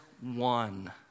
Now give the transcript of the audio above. one